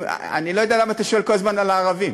אני לא יודע למה אתה שואל כל הזמן על הערבים.